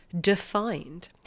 defined